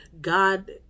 God